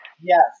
Yes